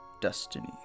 Destiny